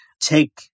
take